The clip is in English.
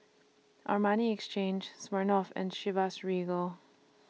Armani Exchange Smirnoff and Chivas Regal